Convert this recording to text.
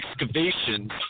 excavations